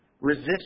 Resist